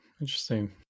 Interesting